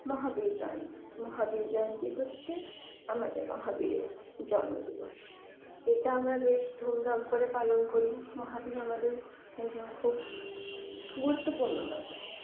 মহাবীর জয়ন্তী মহাবীর জয়ন্তী হচ্ছে আমাদের মহাবীরের জন্মদিবস এটা আমরা বেশ ধুমধাম করে পালন করি মহাবীর আমাদের একজন খুব গুরুত্বপূর্ণ মানুষ